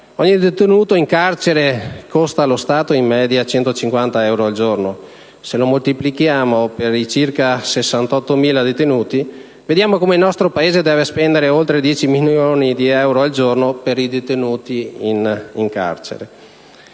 ogni detenuto in carcere costa allo Stato in media 150 euro al giorno; se moltiplichiamo questa cifra per i circa 68.000 detenuti, scopriamo che il nostro Paese deve spendere oltre 10 milioni di euro al giorno per i detenuti in carcere.